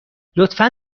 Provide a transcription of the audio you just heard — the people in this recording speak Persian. لطفا